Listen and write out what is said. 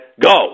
go